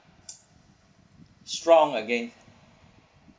strong against